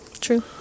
true